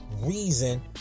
reason